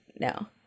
No